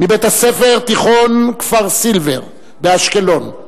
מבית-ספר תיכון כפר-סילבר באשקלון,